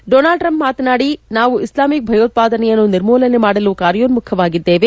Donald Trump ಮಾತನಾಡಿ ನಾವು Islamic ಭಯೋತ್ಪಾದನೆಯನ್ನು ನಿರ್ಮೂಲನೆ ಮಾಡಲು ಕಾರ್ಯೋನ್ಮುಖವಾಗಿದ್ದೇವೆ